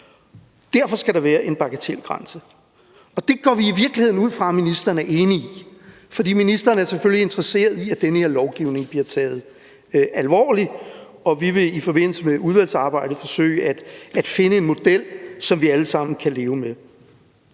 derfor skal der være en bagatelgrænse, og det går vi i virkeligheden ud fra at ministeren er enig i, for ministeren er selvfølgelig interesseret i, at den her lovgivning bliver taget alvorligt. Vi vil i forbindelse med udvalgsarbejdet forsøge at finde en model, som vi alle sammen kan leve med.